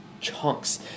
chunks